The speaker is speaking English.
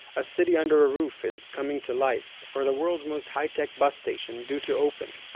a city under a roof is coming to life, or the world's most high-tech bus station due to open.